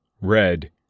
Red